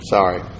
Sorry